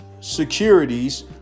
securities